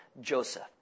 Joseph